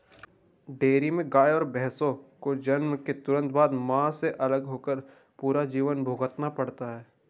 dairy में गायों और भैंसों को जन्म के तुरंत बाद, मां से अलग होकर पूरा जीवन भुगतना पड़ता है